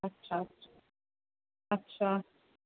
अच्छा अच्छा